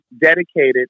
dedicated